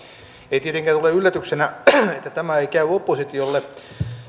ei tietenkään tule yllätyksenä että tämä ei käy oppositiolle